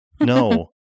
No